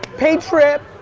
paid trip,